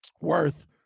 worth